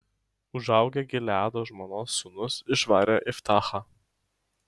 užaugę gileado žmonos sūnūs išvarė iftachą